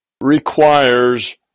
requires